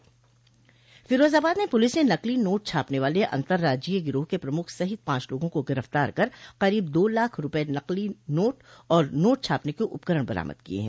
फिरोजाबाद में पुलिस ने नकली नोट छापने वाले अंतर्राज्योय गिरोह के प्रमुख सहित पांच लोगों को गिरफ्तार कर करीब दो लाख रूपये नकली नोट और नोट छापने के उपकरण बरामद किये हैं